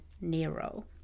Nero